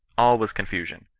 all was confusion.